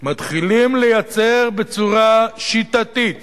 מתחילים לייצר בצורה שיטתית